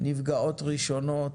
נפגעות ראשונות,